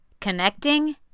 Connecting